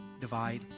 divide